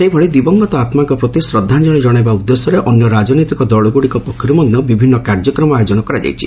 ସେହିଭଳି ଦିବଂଗତ ଆତ୍ମାଙ୍କ ପ୍ରତି ଶ୍ରଦ୍ଧାଞ୍ଜଳି ଜଣାଇବା ଉଦ୍ଦେଶ୍ୟରେ ଅନ୍ୟ ରାଜନୈତିକ ଦଳଗୁଡ଼ିକ ପକ୍ଷରୁ ମଧ୍ୟ ବିଭିନ୍ନ କାର୍ଯ୍ୟକ୍ରମ ଆୟୋଜନ କରାଯାଇଛି